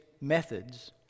methods